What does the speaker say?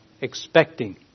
expecting